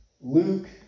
Luke